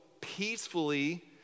peacefully